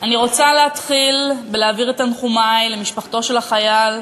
אני רוצה להתחיל בהעברת תנחומי למשפחתו של החייל,